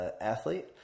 athlete